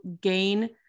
gain